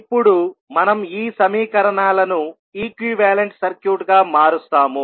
ఇప్పుడు మనం ఈ సమీకరణాలను ఈక్వివలెంట్ సర్క్యూట్ గా మారుస్తాము